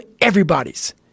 everybody's